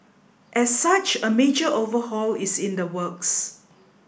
as such a major overhaul is in the works